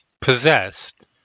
Possessed